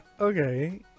Okay